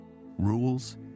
Rules